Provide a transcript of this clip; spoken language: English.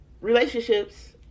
relationships